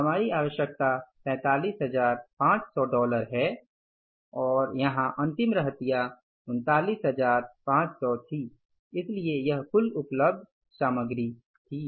हमारी आवशयकता 43500 डॉलर है यहाँ अंतिम रहतिया 39050 थ इसलिए यह कुल उपलब्ध सामग्री थी